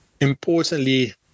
importantly